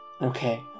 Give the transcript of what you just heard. Okay